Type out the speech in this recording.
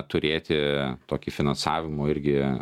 turėti tokį finansavimo irgi